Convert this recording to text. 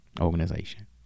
Organization